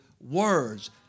words